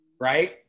right